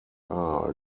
are